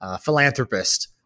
philanthropist